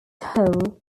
hall